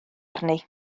arni